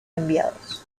enviados